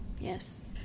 Yes